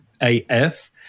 AF